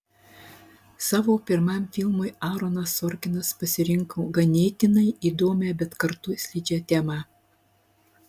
savo pirmam filmui aaronas sorkinas pasirinko ganėtinai įdomią bet kartu slidžią temą